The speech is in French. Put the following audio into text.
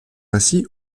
ainsi